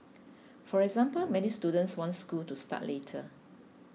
for example many students want school to start later